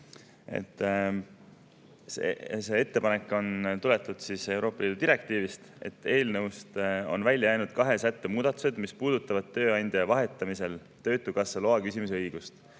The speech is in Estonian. Ettepanek on tuletatud Euroopa Liidu direktiivist. Eelnõust on välja jäänud kahe sätte muudatused, mis puudutavad tööandja vahetamisel töötukassa loa küsimise õigust.